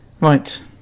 Right